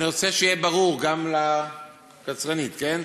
אני רוצה שיהיה ברור גם לקצרנית, כן?